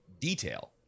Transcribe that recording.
detail